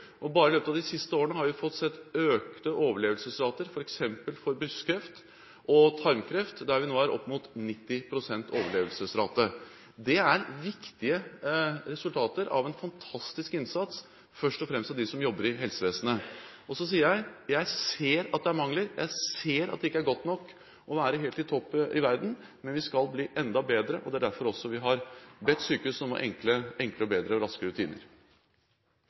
Bare i løpet av de siste årene har vi sett økte overlevelsesrater, f.eks. for brystkreft og tarmkreft, der vi nå er opp mot 90 pst. overlevelsesrate. Det er viktige resultater av en fantastisk innsats, først og fremst av dem som jobber i helsevesenet. Og så sier jeg: Jeg ser at det er mangler, jeg ser at det ikke er godt nok å være helt i topp i verden, men vi skal bli enda bedre, og det er også derfor vi har bedt sykehusene om enklere, bedre og raskere rutiner.